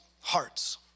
hearts